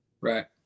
Right